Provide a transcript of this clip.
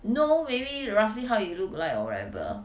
know maybe roughly how you look like or whatever